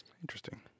Interesting